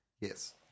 Yes